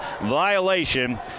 violation